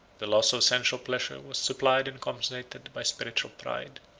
the loss of sensual pleasure was supplied and compensated by spiritual pride.